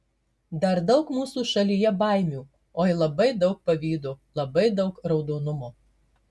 dar daug mūsų šalyje baimių oi labai daug pavydo labai daug raudonumo